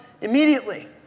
immediately